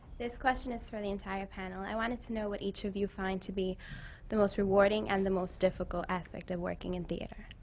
this question is for the entire panel. i wanted to know what each of you find to be the most rewarding and the most difficult aspect of working in theatre.